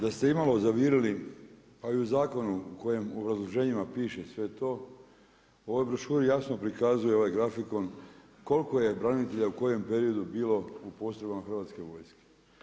Da ste imalo zavirili, pa i u zakonu u kojem obrazloženjima piše sve to, ova brošura jasno prikazuje ovaj grafikon, koliko je branitelja u kojem periodu u postrojbama Hrvatske vojske.